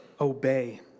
obey